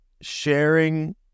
sharing